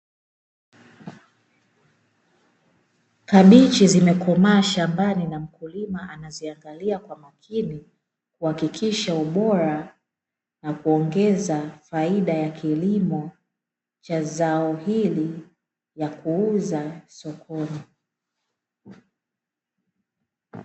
Kabichi zimekomaa shambani na mkulima anaziangali kwa makini ,kuhakikisha ubora na kuongeza faida ya kilimo cha zao hili la kuuza sokoni .